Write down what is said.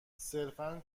صرفا